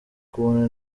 kubona